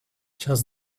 charles